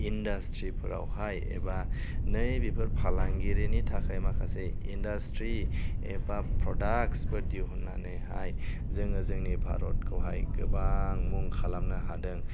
इन्डासट्रिफ्रावहाय एबा नैबेफोर फालांगिरिनि थाखाय माखासे इन्डासट्रि एबा प्रडाक्सफोर दिहुननानैहाय जोङो जोंनि भारतखौहाय गोबां मुं खालामनो हादों